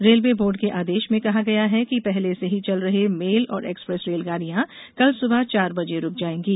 railway board के आदेश में कहा गया है कि पहले से ही चल रही मेल और एक्सप्रेस रेलगाड़ियां कल सुबह चार बजे रुक जाएंगी